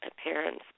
appearance